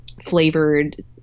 flavored